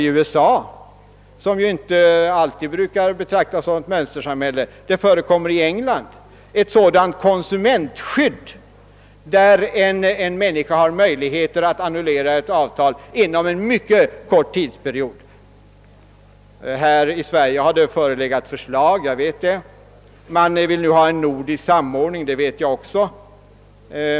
I USA, som ju inte alltid brukar betraktas som ett mönstersamhälle, och i England finns ett sådant konsumentskydd, som lämnar köparen möjlighet att annullera ett avtal inom en mycket kort tidsperiod. Jag vet att det här i Sverige har framlagts ett liknande förslag. Man vill ha till stånd en nordisk samordning — det vet jag också.